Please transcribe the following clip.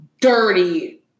dirty